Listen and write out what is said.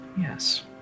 Yes